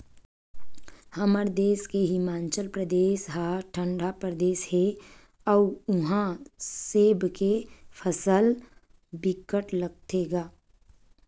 हमर देस के हिमाचल परदेस ह ठंडा परदेस हे अउ उहा सेब के फसल बिकट लगाथे गा